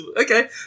Okay